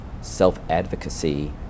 self-advocacy